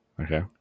Okay